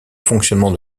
fonctionnement